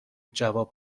جواب